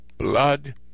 blood